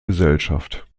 gesellschaft